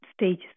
stages